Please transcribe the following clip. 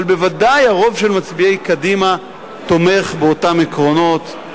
אבל בוודאי הרוב של מצביעי קדימה תומך באותם עקרונות,